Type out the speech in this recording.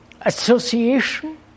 association